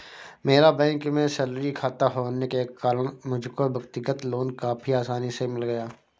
मेरा बैंक में सैलरी खाता होने के कारण मुझको व्यक्तिगत लोन काफी आसानी से मिल गया